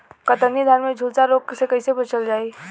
कतरनी धान में झुलसा रोग से कइसे बचल जाई?